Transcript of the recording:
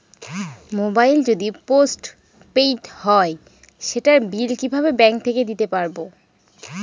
Mobile যদি postpaid হয় সেটার বিল কিভাবে ব্যাংক থেকে দিতে পারব?